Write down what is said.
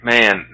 Man